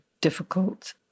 difficult